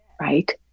right